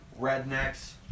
rednecks